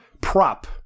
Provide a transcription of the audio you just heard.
prop